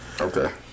Okay